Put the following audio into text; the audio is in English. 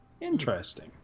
interesting